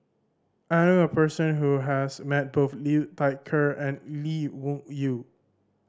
I knew a person who has met both Liu Thai Ker and Lee Wung Yew